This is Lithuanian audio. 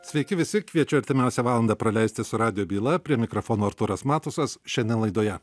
sveiki visi kviečiu artimiausią valandą praleisti su radijo byla prie mikrofono artūras matusas šiandien laidoje